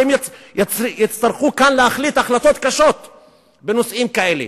והם יצטרכו להחליט החלטות קשות בנושאים כאלה.